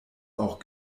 auch